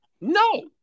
No